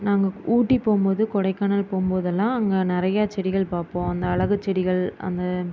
நாங்கள் ஊட்டி போகும்போது கொடைக்கானல் போகும்போதெல்லாம் அங்கே நிறையா செடிகள் பார்ப்போம் அந்த அழகு செடிகள் அந்த